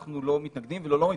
אנחנו לא מתנגדים ולא לא מתנגדים.